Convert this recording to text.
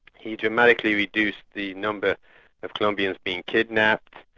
he dramatically reduced the number of colombians being kidnapped,